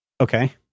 Okay